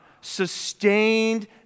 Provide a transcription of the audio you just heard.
sustained